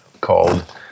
called